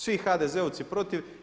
Svi HDZ-ovci protiv.